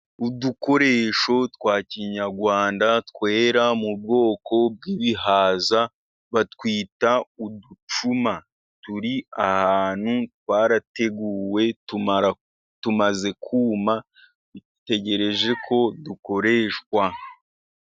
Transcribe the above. Udukoresho twa kinyarwanda twera mu bwoko bw'ibihaza. Batwita uducuma. Turi ahantu, twarateguwe tumaze kuma, dutegereje ko dukoreshwa.